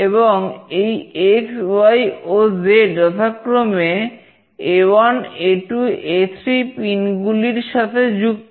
এবং এই xy ও z যথাক্রমে A1A2A3 পিনগুলির সাথে যুক্ত